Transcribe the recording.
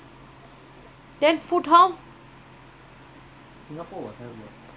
singapore help how much you think hundred dollar they help enough ah